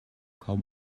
kaum